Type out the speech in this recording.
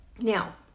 Now